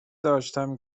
داشتم